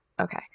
Okay